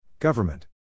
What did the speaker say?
Government